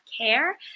care